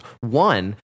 one